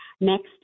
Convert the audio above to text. next